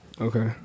Okay